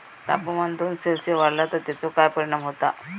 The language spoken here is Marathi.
तापमान दोन सेल्सिअस वाढला तर तेचो काय परिणाम होता?